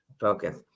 focus